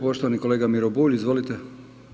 Poštovani kolega Miro Bulj, izvolite.